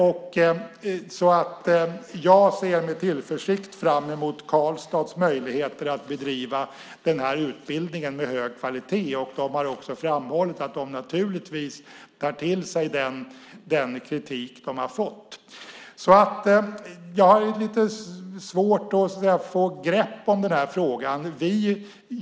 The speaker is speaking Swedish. Jag ser alltså med tillförsikt fram emot Karlstads möjligheter att bedriva den här utbildningen med hög kvalitet. De har också framhållit att de naturligtvis tar till sig den kritik de fått. Jag har alltså lite svårt att få grepp om den här frågan.